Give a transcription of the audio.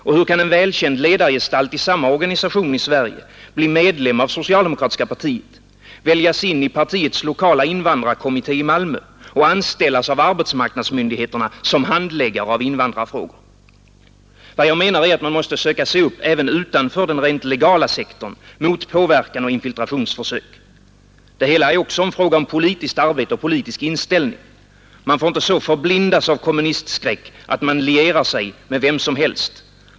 Och hur kan en välkänd ledargestalt i samma organisation i Sverige bli medlem av socialdemokratiska partiet, väljas in i partiets lokala invandrarkommitté i Malmö och anställas av arbetsmarknadsmyndigheerna som handläggare av invandrarfrågor? Vad jag menar är att man måste försöka se upp även utanför den rent legala sektorn med påverkan och infiltrationsförsök. Det hela är också en fråga om politiskt arbete och politisk inställning. Man får inte så förblindas av kommunistskräck att man lierar sig med vem som helst.